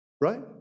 right